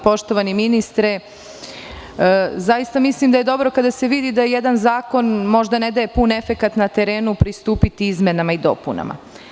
Poštovani ministre, zaista mislim da je dobro kada se vidi da jedan zakon možda ne daje pun efekat na terenu pristupiti izmenama i dopunama.